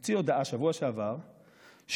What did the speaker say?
מוציא הודעה בשבוע שעבר שמנדלבליט